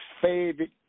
favorite